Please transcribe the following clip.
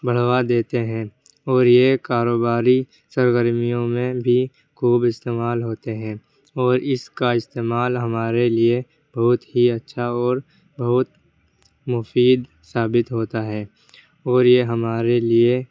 بڑھوا دیتے ہیں اور یہ کاروباری سرگرمیوں میں بھی خوب استعمال ہوتے ہیں اور اس کا استعمال ہمارے لیے بہت ہی اچّھا اور بہت مفید ثابت ہوتا ہے اور یہ ہمارے لیے